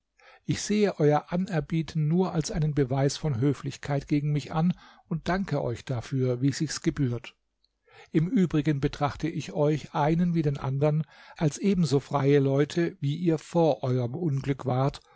ich sehe euer anerbieten nur als einen beweis von höflichkeit gegen mich an und danke euch dafür wie sich's gebührt im übrigen betrachte ich euch einen wie den andern als ebenso freie leute wie ihr vor euerm unglück wart